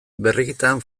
berrikitan